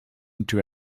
into